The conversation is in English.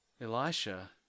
Elisha